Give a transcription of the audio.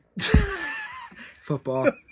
football